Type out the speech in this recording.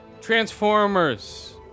Transformers